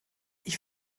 ich